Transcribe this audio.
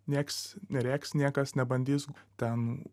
nieks nerėks niekas nebandys ten